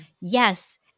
yes